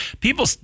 people